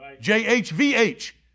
J-H-V-H